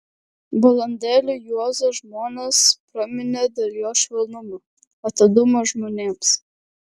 balandėliu juozą žmonės praminė dėl jo švelnumo atidumo žmonėms